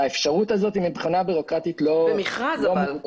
האפשרות הזאת מבחינה בירוקרטית -- אבל במכרז.